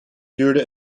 duurde